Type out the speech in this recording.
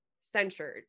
censured